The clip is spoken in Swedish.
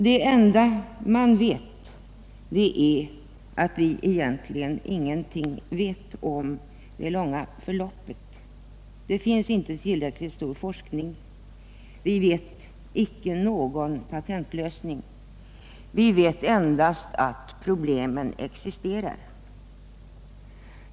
Det enda man vet är att vi egentligen ingenting vet om det långa förloppet, eftersom det inte utförs tillräckligt med forskning på detta område. Vi känner inte till någon patentlösning — vi vet endast att problemen existerar.